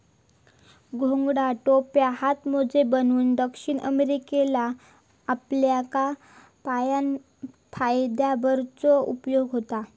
घोंगडा, टोप्यो, हातमोजे बनवूक दक्षिण अमेरिकेतल्या अल्पाका फायबरचो उपयोग होता